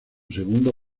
segundo